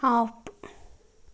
off